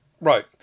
Right